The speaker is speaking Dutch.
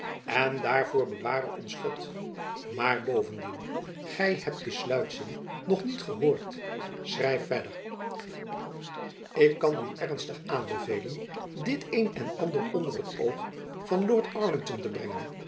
en daarvoor beware ons god maar bovendien gy hebt den sluitzin nog niet gehoord schrijf verder ik kan u ernstig aanbevelen dit een en ander onder het oog van lord arlington te brengen